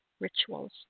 rituals